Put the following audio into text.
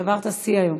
שברת שיא היום.